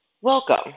Welcome